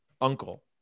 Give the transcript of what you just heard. uncle